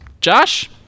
josh